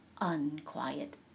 unquiet